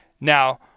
Now